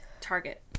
Target